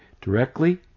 directly